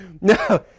No